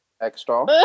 extra